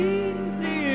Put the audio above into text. easy